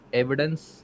evidence